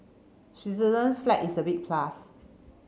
Switzerland's flag is a big plus